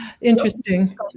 Interesting